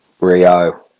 Rio